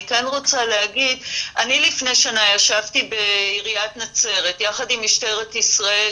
אני לפני שנה ישבתי בעיריית נצרת יחד עם משטרת ישראל,